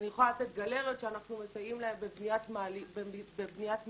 אני יכולה לתת גלריות שאנחנו מסייעים להם בבניית מעליות,